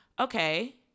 okay